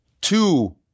two